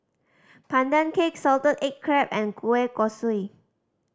Pandan Cake salted egg crab and kueh kosui